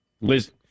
Liz